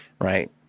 right